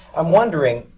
i'm wondering,